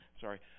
sorry